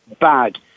bad